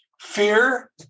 Fear